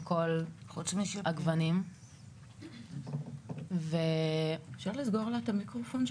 מכל הגוונים --- חוץ מ --- אפשר לסגור לה את המיקרופון?